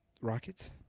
Rockets